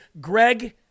Greg